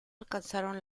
alcanzaron